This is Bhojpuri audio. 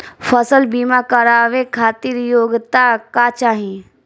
फसल बीमा करावे खातिर योग्यता का चाही?